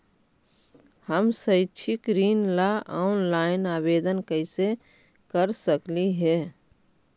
हम शैक्षिक ऋण ला ऑनलाइन आवेदन कैसे कर सकली हे?